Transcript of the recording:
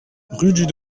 rue